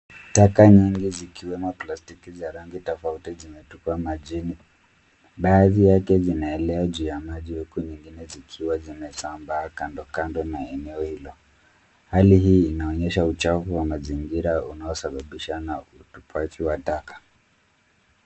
Taka nyingi zikiwemo plastiki za rangi tofauti zimetupwa majini. Baadhi yake zinaelea juu ya maji huku nyingine zikiwa zimesambaa kando kando na eneo hilo. Hali hii inaonyesha uchafu wa mazingira unaosababishwa na utupaji wa taka.